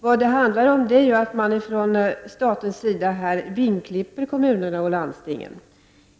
Vad det handlar om är att man från statens sida vingklipper kommunerna och landstingen.